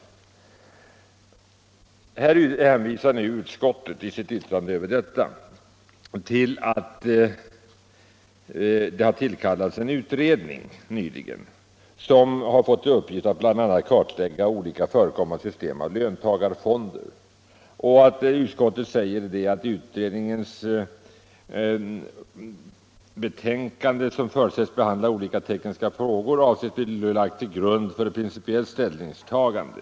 Utskottet hänvisar till att en utredning nyligen har tillsatts med uppgift att bl.a. kartlägga olika system av löntagarfonder. Utskottet säger att utredningens betänkande, som förutsätts behandla olika tekniska frågor, avses bli lagt till grund för ett principiellt ställningstagande.